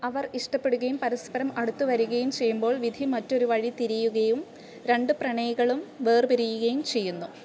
അവർ ഇഷ്ടപ്പെടുകയും പരസ്പരം അടുത്തുവരികയും ചെയ്യുമ്പോൾ വിധി മറ്റൊരു വഴി തിരിയുകയും രണ്ട് പ്രണയികളും വേർപിരിയുകയും ചെയ്യുന്നു